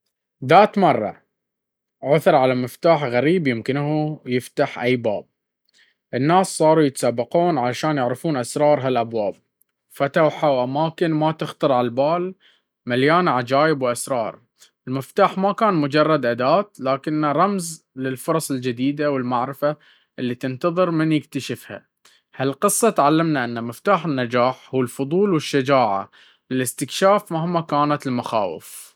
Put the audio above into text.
ذات مرة، عُثر على مفتاح غريب يمكنه يفتح أي باب. الناس صاروا يتسابقون علشان يعرفون أسرار هالأبواب، وفتحوا أماكن ما تخطر على البال، مليانة عجائب وأسرار. المفتاح ما كان مجرد أداة، لكنه رمز للفرص الجديدة والمعرفة اللي تنتظر من يكتشفها. هالقصة تعلمنا إن مفتاح النجاح هو الفضول والشجاعة للاستكشاف مهما كانت المخاوف.